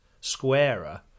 squarer